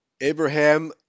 Abraham